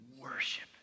worship